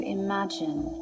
imagine